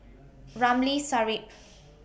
Ramli Sarip